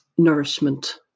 nourishment